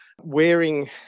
Wearing